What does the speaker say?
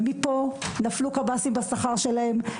ומפה נפלו קב"סים בשכר שלהם.